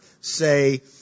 say